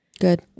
Good